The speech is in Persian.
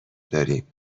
داریم